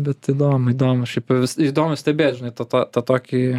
bet įdomu įdomu šiaip įdomu stebėt žinai tą to tą tokį